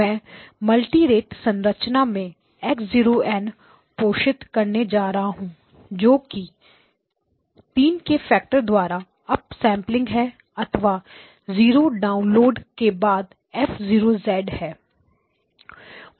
मैं multi rate संरचना में x0n पोषित करने जा रहा हूं जो कि 3 के फैक्टर द्वारा अप सेंपलिंग है अथवा 0 डालने के बाद F0 हैं